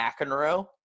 McEnroe